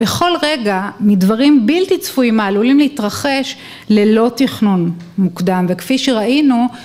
בכל רגע מדברים בלתי צפויים העלולים להתרחש ללא תכנון מוקדם וכפי שראינו